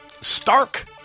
stark